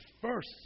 first